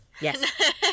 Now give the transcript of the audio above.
yes